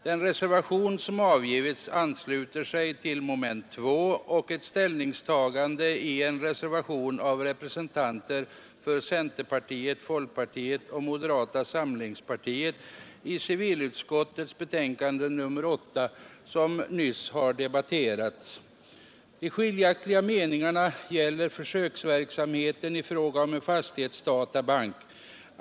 Den reservation som avgivits ansluter sig till moment 2 och ett ställningstagande i en reservation av representanter för centerpartiet, folkpartiet och moderata samlingspartiet i civilutskottets betänkande nr 8, som nyss har debatterats. De skiljaktiga meningarna gäller försöksverksamheten i fråga om en fastighetsdatabank.